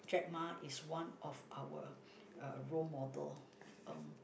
Jack-Ma is one of our uh role model um